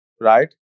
right